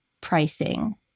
pricing